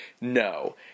No